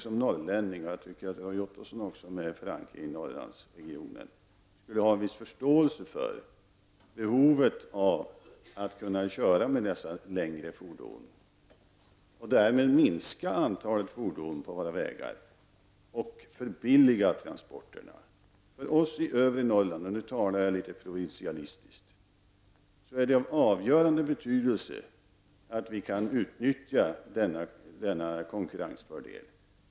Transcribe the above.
Som norrlänning anser jag att Roy Ottosson med sin förankring i Norrlandsregionen borde ha en viss förståelse för behovet att kunna köra dessa längre fordon och därmed minska antalet fordon på våra vägar och förbilliga transporterna. För oss i övre Norrland -- och nu talar jag litet provinsialistiskt -- är det av avgörande betydelse att vi kan utnyttja denna konkurrensfördel.